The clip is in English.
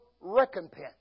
recompense